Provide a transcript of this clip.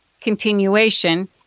continuation